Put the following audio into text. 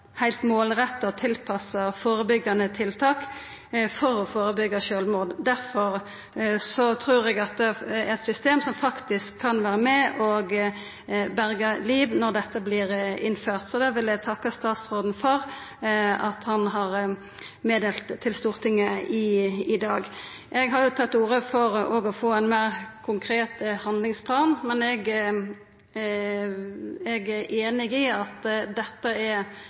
heilt målretta og tilpassa førebyggjande tiltak for å førebyggja sjølvmord. Derfor trur eg at dette er eit system som, når det vert innført, faktisk kan vera med på å berga liv. Så det vil eg takka statsråden for at han har snakka om til Stortinget i dag. Eg har òg tatt til orde for å få ein meir konkret handlingsplan. Men eg er einig i at dette er